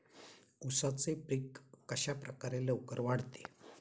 उसाचे पीक कशाप्रकारे लवकर वाढते?